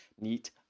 neat